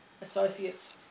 associates